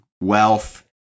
wealth